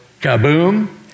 kaboom